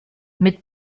mit